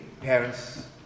parents